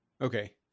okay